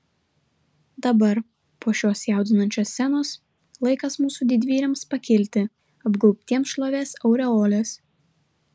dabar po šios jaudinančios scenos laikas mūsų didvyriams pakilti apgaubtiems šlovės aureolės